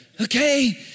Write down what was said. okay